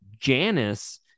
Janice